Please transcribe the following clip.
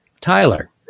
Tyler